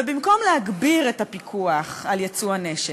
ובמקום להגביר את הפיקוח על ייצוא הנשק,